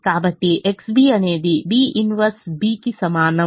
కాబట్టి XB అనేది B 1 B కి సమానం